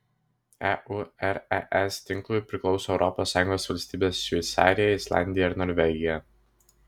eures tinklui priklauso europos sąjungos valstybės šveicarija islandija ir norvegija